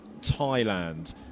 Thailand